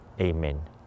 Amen